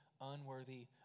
unworthy